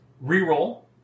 re-roll